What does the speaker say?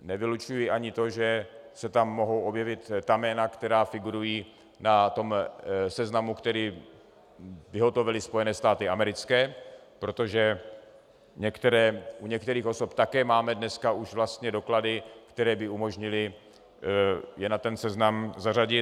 Nevylučuji ani to, že se tam mohou objevit jména, která figurují na seznamu, který vyhotovily Spojené státy americké, protože u některých osob také máme dneska už vlastně doklady, které by umožnily je na ten seznam zařadit.